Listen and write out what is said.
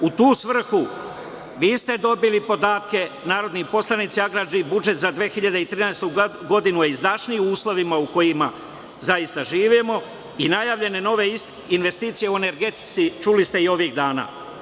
U tu svrhu vi ste dobili podatke narodni poslanici, agrarni budžet za 2013. godinu je izdašniji u uslovima u kojima zaista živimo i najavljene nove investicije u energetici, čuli ste i ovih dana.